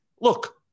Look